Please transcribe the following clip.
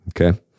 okay